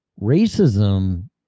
Racism